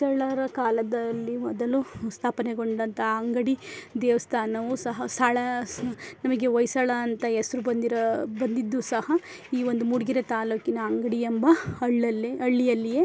ಹೊಯ್ಸಳರ ಕಾಲದಲ್ಲಿ ಮೊದಲು ಸ್ಥಾಪನೆಗೊಂಡಂಥ ಅಂಗಡಿ ದೇವಸ್ಥಾನವು ಸಹ ಸಳ ಸ ನಮಗೆ ಹೊಯ್ಸಳ ಅಂತ ಹೆಸ್ರು ಬಂದಿರೋ ಬಂದಿದ್ದು ಸಹ ಈ ಒಂದು ಮೂಡಿಗೆರೆ ತಾಲೂಕಿನ ಅಂಗಡಿಯೆಂಬ ಹಳ್ಳಲ್ಲೆ ಹಳ್ಳಿಯಲ್ಲಿಯೇ